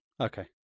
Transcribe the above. Okay